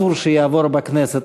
אסור שיעבור בכנסת.